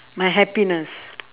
my happiness